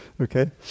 okay